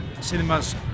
cinemas